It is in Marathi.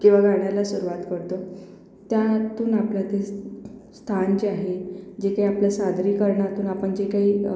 जेव्हा गाण्याला सुरुवात करतो त्यातून आपलं ते स स्थान जे आहे जे काही आपल्या सादरीकरणातून आपण जे काही